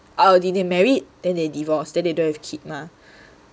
or they did married then they divorced then they don't have kid mah